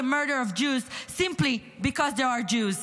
murder of Jews simply because they are Jews.